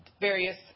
various